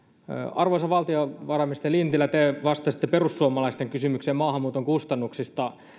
arvoisa valtiovarainministeri lintilä te vastasitte perussuomalaisten kysymykseen maahanmuuton kustannuksista